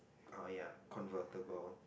orh ya convertible